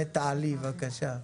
נטע-לי, בבקשה.